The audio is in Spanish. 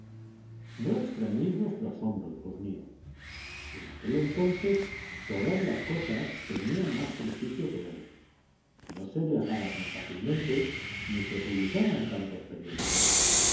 no extrañéis nuestro asombro hijos míos en aquel entonces todas las cosas tenían más prestigio que hoy no se viajaba tan fácilmente ni se publicaban tantos periódicos